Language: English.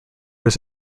was